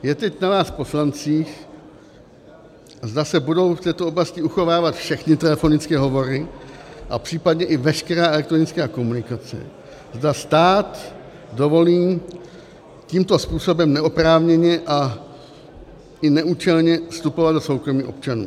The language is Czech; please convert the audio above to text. Je teď na vás poslancích, zda se budou v této oblasti uchovávat všechny telefonické hovory a případně i veškerá elektronická komunikace, zda stát dovolí tímto způsobem neoprávněně a i neúčelně vstupovat do soukromí občanů.